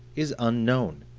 is unknown.